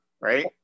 right